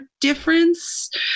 difference